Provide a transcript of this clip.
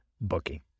booking